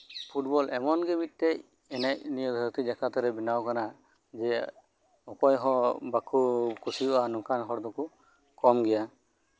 football ᱮᱢᱚᱱ ᱜᱮ ᱢᱤᱫ ᱴᱮᱱ ᱮᱱᱮᱡ ᱱᱤᱭᱟᱹ ᱫᱷᱟᱹᱨᱛᱤ ᱡᱟᱠᱟᱛ ᱨᱮᱱ ᱵᱮᱱᱟᱣ ᱟᱠᱟᱱᱟ ᱚᱠᱚᱭᱦᱚᱸ ᱵᱟᱠᱚ ᱠᱩᱥᱤᱭᱟᱜᱼᱟ ᱱᱚᱝᱠᱟᱱ ᱦᱚᱲ ᱫᱚᱠᱚ ᱠᱚᱢ ᱜᱮᱭᱟ